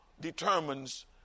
determines